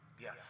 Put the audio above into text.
Yes